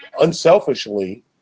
unselfishly